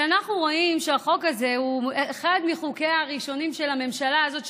כשאנחנו רואים שהחוק הזה הוא אחד מחוקיה הראשונים של הממשלה הזאת,